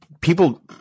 people